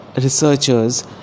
researchers